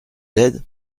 d’aide